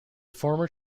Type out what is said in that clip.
former